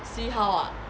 see how ah